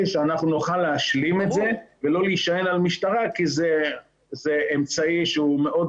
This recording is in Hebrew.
שאנחנו נוכל להשלים את זה ולא להישען על המשטרה כי זה אמצעי שהוא מאוד